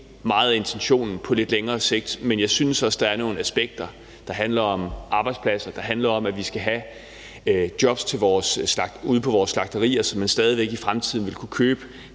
meget af intentionen på lidt længere sigt, men jeg synes også, at der er nogle aspekter, der handler om arbejdspladser, der handler om, at vi skal have jobs ude på vores slagterier, så man stadig væk i fremtiden vil kunne købe